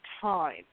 time